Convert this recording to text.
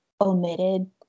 omitted –